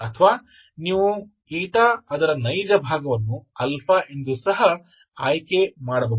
ಅಥವಾ ನೀವು ಅದರ ನೈಜ ಭಾಗವನ್ನು ಎಂದು ಸಹ ಆಯ್ಕೆ ಮಾಡಬಹುದು